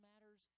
matters